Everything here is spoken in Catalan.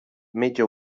metge